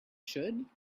should